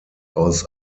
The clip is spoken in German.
aus